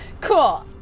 Cool